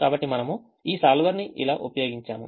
కాబట్టి మనము ఈ solverని ఇలా ఉపయోగించాము